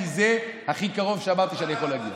כי זה הכי קרוב שאמרתי שאני יכול להגיד.